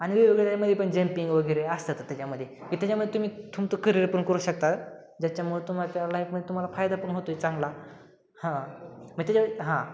आणि वेगवेगळ्यामध्ये पण जंपिंग वगैरे असतात त्याच्यामध्ये मी त्याच्यामध्ये तुम्ही तुमचं करिअर पण करू शकता ज्याच्यामुळे तुम्हाला त्याला पण तुम्हाला फायदा पण होतोय चांगला हां मी त्याच्या हां